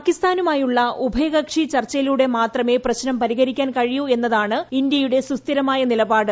പാകിസ്ഥാനുമായുള്ള ഉഭയകക്ഷി ചർച്ചയിലൂടെ മാത്രമേ പ്രശ്നം പരിഹരിക്കാൻ കഴിയൂ എന്നതാണ് ഇന്ത്യയുടെ സുസ്ഥിരമായ നിലപാട്